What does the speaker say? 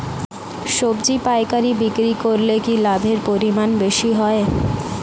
সবজি পাইকারি বিক্রি করলে কি লাভের পরিমাণ বেশি হয়?